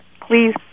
please